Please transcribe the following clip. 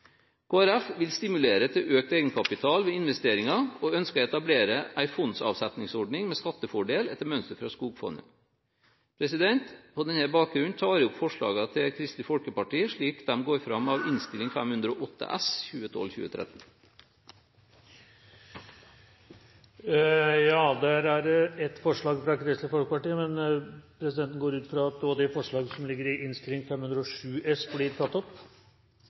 Folkeparti vil stimulere til økt egenkapital ved investeringer, og ønsker å etablere en fondsavsetningsordning med skattefordel etter mønster fra skogfondet. På denne bakgrunn tar jeg opp forslagene til Kristelig Folkeparti slik de går fram av Innst. 508 S. Der er det ett forslag fra Kristelig Folkeparti, men presidenten går ut fra at også de forslagene som ligger i Innst. 507 S, blir tatt opp.